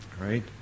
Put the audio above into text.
right